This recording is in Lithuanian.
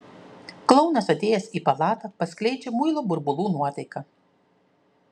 klounas atėjęs į palatą paskleidžia muilo burbulų nuotaiką